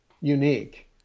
unique